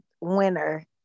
winner